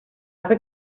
eure